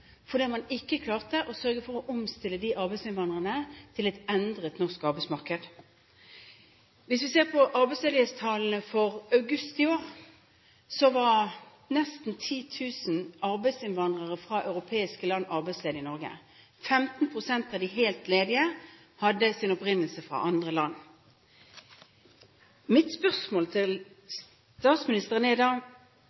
fordi man ikke klarte å omstille disse arbeidsinnvandrerne til et endret norsk arbeidsmarked. Hvis vi ser på arbeidsledighetstallene for august i år, var nesten 10 000 arbeidsinnvandrere fra europeiske land arbeidsledige i Norge. 15 pst. av de helt ledige hadde sin opprinnelse fra andre land. Mitt spørsmål til